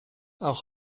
auch